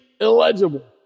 illegible